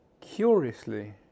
curiously